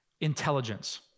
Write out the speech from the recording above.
intelligence